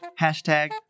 hashtag